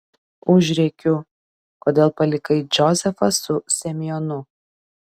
užrėkiu kodėl palikai džozefą su semionu